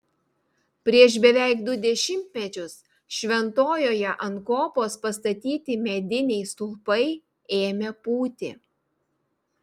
prieš beveik du dešimtmečius šventojoje ant kopos pastatyti mediniai stulpai ėmė pūti